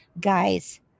guys